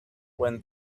when